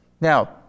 Now